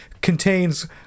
contains